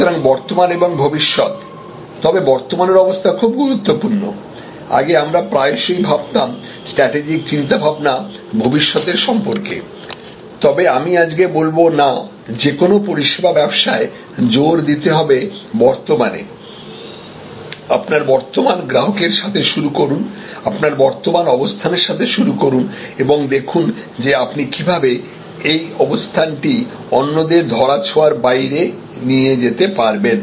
সুতরাং বর্তমান এবং ভবিষ্যত তবে বর্তমানের অবস্থা খুব গুরুত্বপূর্ণ আগে আমরা প্রায়শই ভাবতাম স্ট্র্যাটেজিক চিন্তাভাবনা ভবিষ্যতের সম্পর্কে তবে আমি আজকে বলব না যে কোনও পরিষেবা ব্যবসায় জোর দিতে হবে বর্তমানে আপনার বর্তমান গ্রাহকের সাথে শুরু করুন আপনার বর্তমান অবস্থানের সাথে শুরু করুন এবং দেখুন যে আপনি কীভাবে এই অবস্থানটি অন্যদের ধরাছোঁয়ার বাইরে নিয়ে যেতে পারবেন